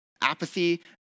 apathy